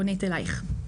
רונית, אליך.